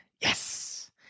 Yes